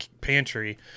pantry